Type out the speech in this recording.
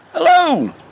Hello